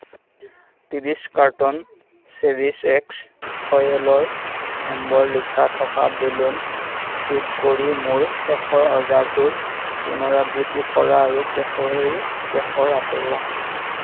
ত্ৰিছ carton cherries X ফয়েলৰ নম্বৰ লিখা থকা বেলুন যোগ কৰি মোৰ শেষৰ অৰ্ডাৰটোৰ পুনৰাবৃত্তি কৰা আৰু কেশৰী কেশৰ আঁতৰোৱা